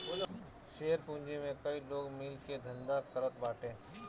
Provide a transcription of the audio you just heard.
share पूंजी में कई लोग मिल के धंधा करत बाटे